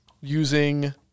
using